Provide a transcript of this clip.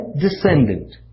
descendant